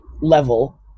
level